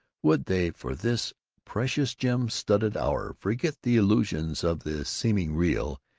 would they for this precious gem-studded hour forget the illusions of the seeming real,